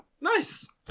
Nice